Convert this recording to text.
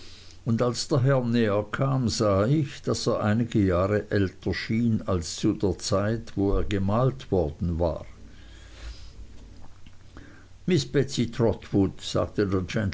und als der herr näher kam sah ich daß er einige jahre älter schien als zu der zeit wo er gemalt worden war miß betsey trotwood sagte